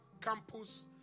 campus